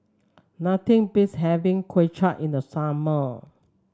nothing beats having Kway Chap in the summer